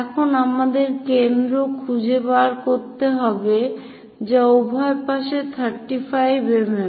এখন আমাদের কেন্দ্র খুঁজে বের করতে হবে যা উভয় পাশে 35 mm